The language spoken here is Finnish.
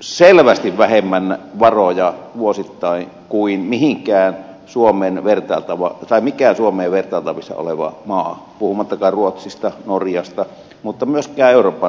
selvästi vähemmän varoja vuosittain kuin mikään suomeen vertailtavissa oleva maa puhumattakaan ruotsista norjasta mutta myös euroopan valtioista